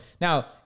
Now